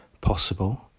possible